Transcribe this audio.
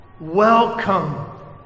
Welcome